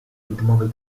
widmowej